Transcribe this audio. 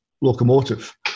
locomotive